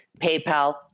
PayPal